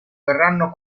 verranno